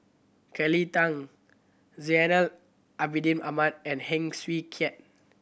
Kelly Tang Zainal Abidin Ahmad and Heng Swee Keat